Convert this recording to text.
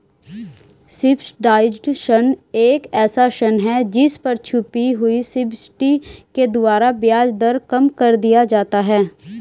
subsidised ऋण एक ऐसा ऋण है जिस पर छुपी हुई सब्सिडी के द्वारा ब्याज दर कम कर दिया जाता है